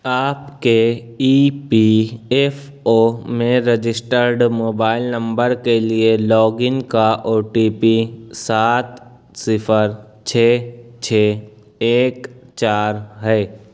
آپ کے E P F O میں رجسٹرڈ موبائل نمبر کے لیے لاگ ان کا او ٹی پی سات صفر چھ چھ ایک چار ہے